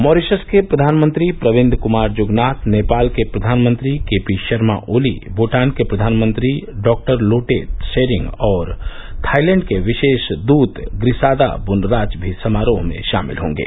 Mauritius के प्रधानमंत्री प्रविन्द कुमार जुगनाथ नेपाल के प्रधानमंत्री के पी शर्मा ओली भूटान के प्रधानमंत्री डॉ लोटे त्रोरिंग और थाईलैंड के विशेष दूत प्रिसादा बूनराच मी समारोह में शामिल होंगे